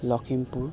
Lakhimpur